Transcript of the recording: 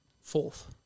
fourth